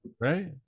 right